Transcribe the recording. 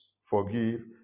forgive